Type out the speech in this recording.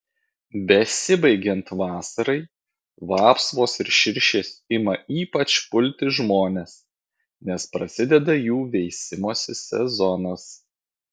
besibaigiant vasarai vapsvos ir širšės ima ypač pulti žmones nes prasideda jų veisimosi sezonas